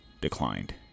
declined